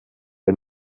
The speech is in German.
bei